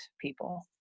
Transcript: people